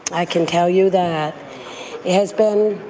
i can tell you that has been